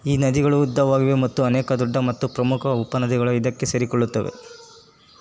ಈ ನದಿಗಳು ಉದ್ದವಾಗಿವೆ ಮತ್ತು ಅನೇಕ ದೊಡ್ಡ ಮತ್ತು ಪ್ರಮುಕ ಉಪನದಿಗಳು ಇದಕ್ಕೆ ಸೇರಿಕೊಳ್ಳುತ್ತವೆ